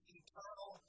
eternal